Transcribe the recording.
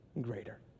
greater